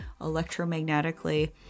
electromagnetically